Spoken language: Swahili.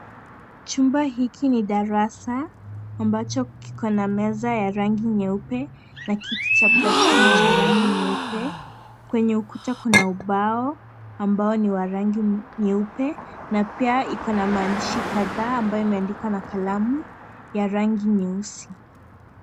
Chumba hiki ni darasa ambacho kiko na meza ya rangi nyeupe, na kiti cha plastiki cha rangi nyeupe, kwenye ukuta kuna ubao ambao ni wa rangi nyeupe na pia iko na maandishi kadhaa ambayo imeandikwa na kalamu ya rangi nyeusi.